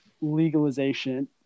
legalization